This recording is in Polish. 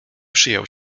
przyjął